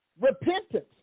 Repentance